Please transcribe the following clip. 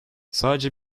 sadece